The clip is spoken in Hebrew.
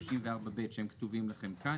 34(ב)" שהם כתובים לכם כאן,